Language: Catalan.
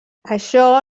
això